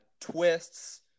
twists